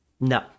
no